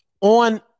on